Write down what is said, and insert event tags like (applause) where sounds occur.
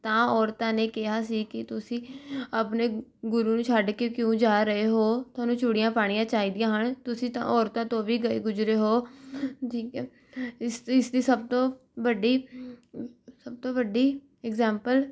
ਤਾਂ ਔਰਤਾਂ ਨੇ ਕਿਹਾ ਸੀ ਕਿ ਤੁਸੀਂ ਆਪਣੇ ਗੁਰੂ ਨੂੰ ਛੱਡ ਕੇ ਕਿਉਂ ਜਾ ਰਹੇ ਹੋ ਤੁਹਾਨੂੰ ਚੂੜੀਆਂ ਪਾਉਣੀਆਂ ਚਾਹੀਦੀਆਂ ਹਨ ਤੁਸੀਂ ਤਾਂ ਔਰਤਾਂ ਤੋਂ ਵੀ ਗਏ ਗੁਜ਼ਰੇ ਹੋ (unintelligible) ਇਸ ਇਸ ਦੀ ਸਭ ਤੋਂ ਵੱਡੀ ਸਭ ਤੋਂ ਵੱਡੀ ਐਗਜੈਂਪਲ